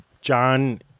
John